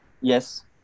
Yes